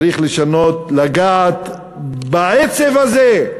צריך לשנות, לגעת בעצב הזה,